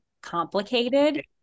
complicated